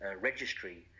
registry